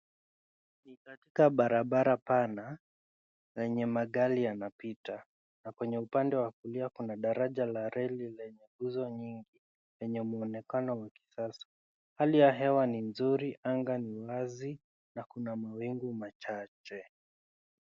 Ni katika barabara pana lenye magari yanapita. Na kwenye upande wa kulia kuna daraja la reli lenye nguzo nyingi, lenye muonekano wa kisasa. Hali ya hewa ni nzuri, anga ni wazi, na kuna mawingu machache.